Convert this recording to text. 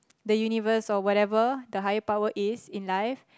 the universe or whatever the higher power is in life